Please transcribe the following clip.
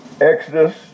Exodus